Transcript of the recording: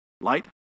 Light